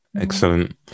excellent